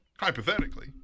Hypothetically